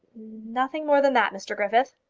nothing more than that, mr griffith.